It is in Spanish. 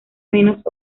menos